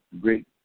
great